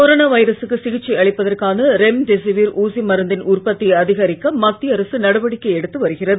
corona வைரசுக்கு சிகிச்சை அளிப்பதற்கான ரெம்டெசிவிர் ஊசி மருந்தின் உற்பத்தியை அதிகரிக்க மத்திய அரசு நடவடிக்கை எடுத்து வருகிறது